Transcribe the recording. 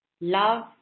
love